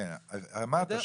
אמרת,